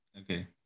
Okay